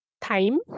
time